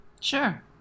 Sure